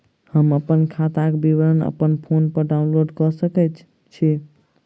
हम अप्पन खाताक विवरण अप्पन फोन पर डाउनलोड कऽ सकैत छी?